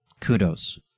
kudos